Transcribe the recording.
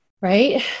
Right